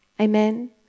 amen